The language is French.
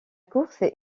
course